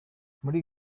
muri